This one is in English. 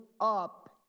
up